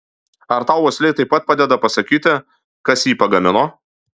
ar tau uoslė taip pat padeda pasakyti kas jį pagamino